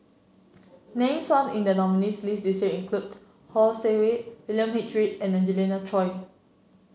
names found in the nominees' list this year include Heng Swee Keat William H Read and Angelina Choy